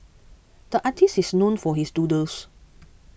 the artist is known for his doodles